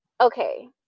okay